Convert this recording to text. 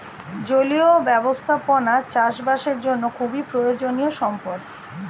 জলীয় ব্যবস্থাপনা চাষবাসের জন্য খুবই প্রয়োজনীয় সম্পদ